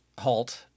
halt